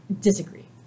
Disagree